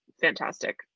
fantastic